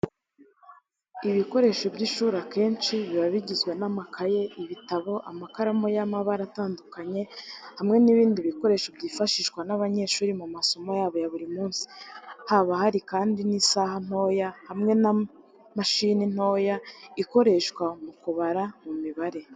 Ibikoresho by'ishuri akenshi biba bigizwe n'amakaye, ibitabo, amakaramu y'amabara atandukanye hamwe n'ibindi bikoresho byifashishwa n'abanyeshuri mu masomo yabo ya buri munsi. Haba hari kandi isaha ntoya, hamwe na mashini ntoya ikoreshwa mu kubara mu mibare.